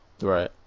Right